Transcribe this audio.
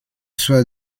sua